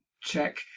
Check